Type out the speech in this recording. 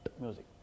music